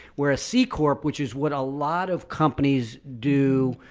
we're a c corp, which is what a lot of companies do.